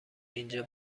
اینجا